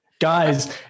Guys